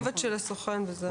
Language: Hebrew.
פשוט נרשום "כתובת של הסוכן" וזהו.